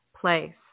place